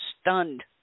stunned